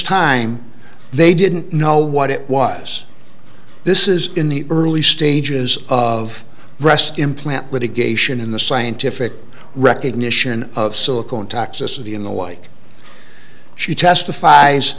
time they didn't know what it was this is in the early stages of breast implant litigation in the scientific recognition of silicone toxicity in the like she testifies